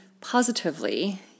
positively